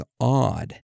odd